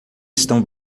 estão